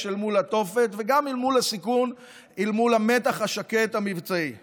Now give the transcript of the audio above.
ומול התופת וגם מול הסיכון ומול המתח המבצעי השקט.